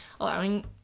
allowing